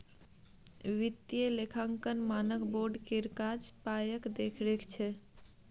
वित्तीय लेखांकन मानक बोर्ड केर काज पायक देखरेख छै